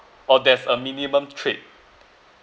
or there's a minimum trade